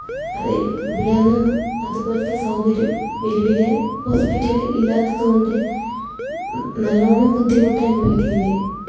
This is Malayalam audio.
അത് ഇവിടെയൊന്നും അതുപോലത്തെ സൗകര്യം വലിയ വലിയ ഹോസ്പിറ്റൽ ഇല്ലാത്തതു കൊണ്ട് നല്ലവണ്ണം ബുദ്ധിമുട്ടനുഭവിക്കുന്നുണ്ട്